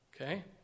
Okay